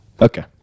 Okay